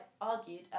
argued